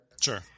Sure